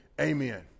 Amen